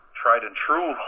tried-and-true